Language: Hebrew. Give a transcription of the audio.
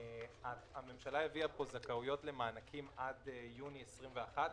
הממשלה הביאה פה זכאויות למענקים עד יוני 21',